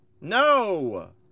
no